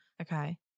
okay